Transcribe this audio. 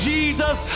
Jesus